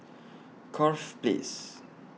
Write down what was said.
Corfe Place